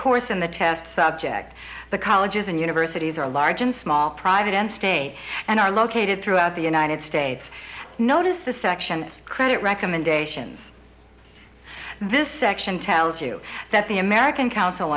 course in the test subject the colleges and universities are large and small private and state and are located throughout the united states notice the section credit recommendations this section tells you that the american council